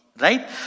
right